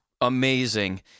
amazing